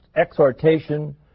exhortation